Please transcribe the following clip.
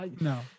No